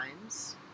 times